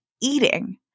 eating